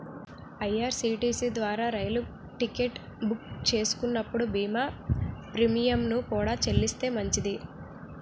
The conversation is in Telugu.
ఐ.ఆర్.సి.టి.సి ద్వారా రైలు టికెట్ బుక్ చేస్తున్నప్పుడు బీమా ప్రీమియంను కూడా చెల్లిస్తే మంచిది